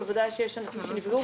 בוודאי יש ענפים שנפגעו.